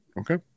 Okay